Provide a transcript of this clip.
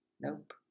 Nope